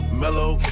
mellow